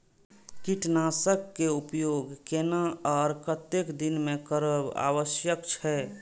कीटनाशक के उपयोग केना आर कतेक दिन में करब आवश्यक छै?